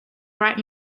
bright